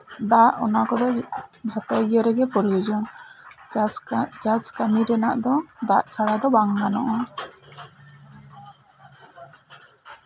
ᱫᱟᱜ ᱚᱱᱟ ᱠᱚᱫᱚ ᱡᱷᱚᱛᱚ ᱤᱭᱟᱹ ᱨᱮᱜᱮ ᱯᱨᱚᱭᱳᱡᱚᱱ ᱪᱟᱥ ᱠᱟᱜ ᱪᱟᱥ ᱠᱟᱹᱢᱤ ᱨᱮᱱᱟᱜ ᱫᱚ ᱫᱟᱜ ᱪᱷᱟᱲᱟ ᱫᱚ ᱵᱟᱝ ᱜᱟᱱᱚᱜᱼᱟ